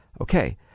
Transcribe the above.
okay